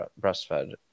breastfed